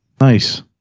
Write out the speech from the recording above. Nice